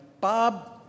Bob